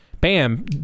Bam